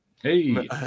Hey